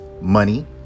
money